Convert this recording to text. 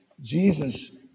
Jesus